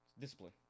Discipline